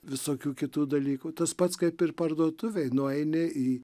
visokių kitų dalykų tas pats kaip ir parduotuvėj nueini į